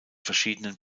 verschiedenen